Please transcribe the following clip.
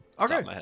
Okay